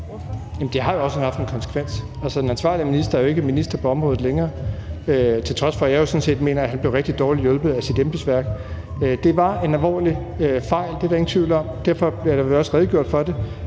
det har jo også haft en konsekvens. Altså, den ansvarlige minister er jo ikke minister på området længere, til trods for at jeg jo sådan set mener, at han blev rigtig dårligt hjulpet af sit embedsværk. Det var en alvorlig fejl, det er der ingen tvivl om, og derfor er der også blevet redegjort for det,